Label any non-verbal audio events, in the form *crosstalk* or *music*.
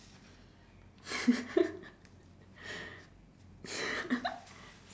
*laughs*